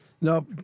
No